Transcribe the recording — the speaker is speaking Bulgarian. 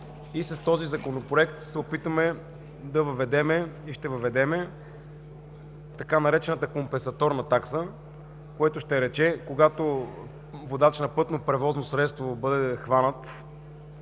С този Законопроект се опитваме да въведем и ще въведем така наречената „компенсаторна такса“, което ще рече, че когато водач на пътно превозно средство бъде хванат